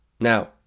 now